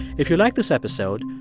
if you liked this episode,